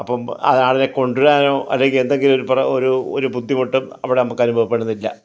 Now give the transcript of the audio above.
അപ്പം ആടിനെ കൊണ്ടുവരാനോ അല്ലെങ്കിൽ എന്തെങ്കിലും ഒരു പ്രാ ബുദ്ധിമുട്ടും അവിടെ നമുക്ക് അനുഭവപ്പെടുന്നില്ല